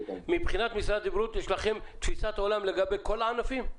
מבחינת משרד הבריאות יש לכם היום תפיסת עולם מוכנה לגבי כל הענפים?